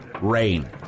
rain